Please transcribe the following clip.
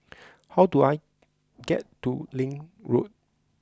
how do I get to Link Road